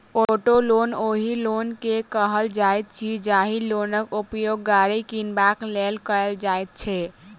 auto loan ओहि loan के कहल जाइत अछि, जाहि लोनक उपयोग गाड़ी किनबाक लेल कयल जाइत छै